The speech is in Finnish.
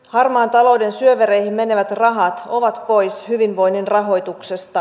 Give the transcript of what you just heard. harmaan talouden syövereihin menevät rahat ovat pois hyvinvoinnin rahoituksesta